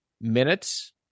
minutes